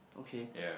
okay